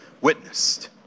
witnessed